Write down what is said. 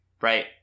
right